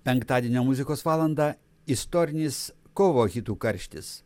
penktadienio muzikos valanda istorinis kovo hitų karštis